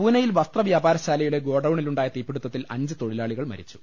പൂനെയിൽ വസ്ത്ര വ്യാപാരശാലയുടെ ഗോഡൌണിലുണ്ടായ തീപിടുത്തത്തിൽ അഞ്ച് തൊഴിലാളികൾ മരിച്ചു